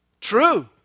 True